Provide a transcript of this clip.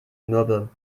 mürbe